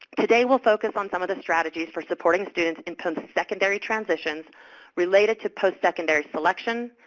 today, we'll focus on some of the strategies for supporting students in postsecondary transitions related to postsecondary selection,